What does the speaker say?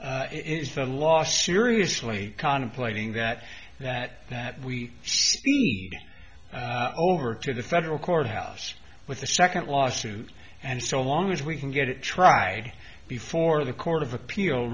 law it's the law seriously contemplating that that that we over to the federal courthouse with the second lawsuit and so long as we can get it tried before the court of appeal